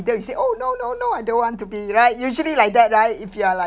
then you say oh no no no I don't want to be right usually like that right if you are like